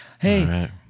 Hey